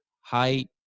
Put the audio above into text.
height